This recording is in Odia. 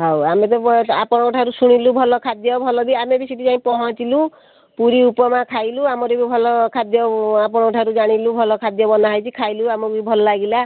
ହେଉ ଆମେ ତ ଆପଣଙ୍କ ଠାରୁ ଶୁଣିଲୁ ଭଲ ଖାଦ୍ୟ ଭଲ ବି ଆମେ ବି ସେଠି ଯାଇ ପହଞ୍ଚିଲୁ ପୁରୀ ଉପମା ଖାଇଲୁ ଆମର ବି ଭଲ ଖାଦ୍ୟ ଆପଣଙ୍କ ଠାରୁ ଜାଣିଲୁ ଭଲ ଖାଦ୍ୟ ବନା ହେଇଛି ଖାଇଲୁ ଆମକୁ ବି ଭଲ ଲାଗିଲା